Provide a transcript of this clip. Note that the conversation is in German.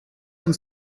uns